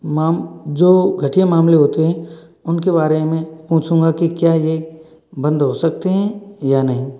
जो घटिया मामले होते हैं उनके बारे में पूछूँगा कि क्या ये बंद हो सकते हैं या नहीं